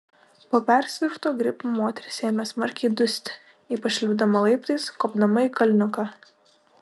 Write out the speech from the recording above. po persirgto gripo moteris ėmė smarkiai dusti ypač lipdama laiptais kopdama į kalniuką